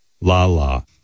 Lala